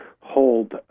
hold